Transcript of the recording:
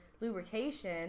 lubrication